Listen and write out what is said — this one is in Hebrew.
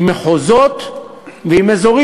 עם מחוזות ועם אזורים.